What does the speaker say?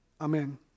Amen